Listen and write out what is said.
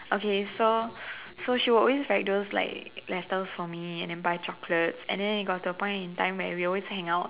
okay so so she will always write those like letters for me and then buy chocolate and then it got to a point in time where we will always hang out